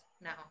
now